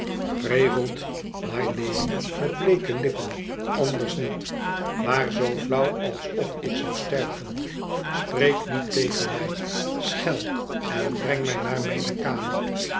prevelt mylady met bleeke lippen anders niet maar zoo flauw alsof ik zou sterven spreek niet tegen mij schel en breng mij naar mijne kamer